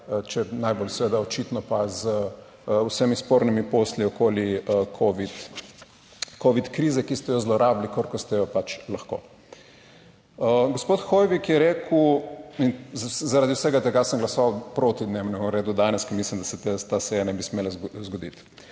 najbolj seveda, očitno pa z vsemi spornimi posli okoli covid krize, ki ste jo zlorabili, koliko ste jo pač lahko. Gospod Hoivik, je rekel, in zaradi vsega tega sem glasoval proti dnevnemu redu danes, ker mislim, da se ta seja ne bi smela zgoditi.